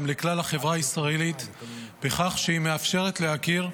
לכלל החברה הישראלית בכך שהיא מאפשרת להכיר,